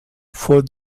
for